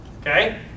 Okay